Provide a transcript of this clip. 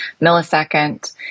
millisecond